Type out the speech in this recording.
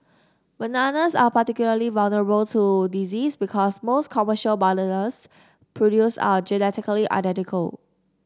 bananas are particularly vulnerable to disease because most commercial bananas produced are genetically identical